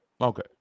Okay